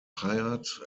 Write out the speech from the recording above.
hired